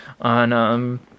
on